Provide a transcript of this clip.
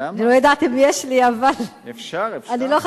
שאני לא יודעת אם יש לי.